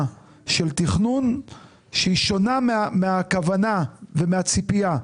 של תכנון שהיא שונה מהכוונה ומהציפייה.